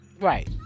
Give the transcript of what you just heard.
right